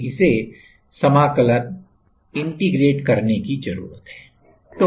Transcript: हमें इसे समाकलित करने की जरूरत है